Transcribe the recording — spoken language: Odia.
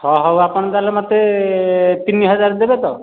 ହଁ ହଉ ଆପଣ ତା'ହେଲେ ମୋତେ ତିନି ହଜାର ଦେବେ ତ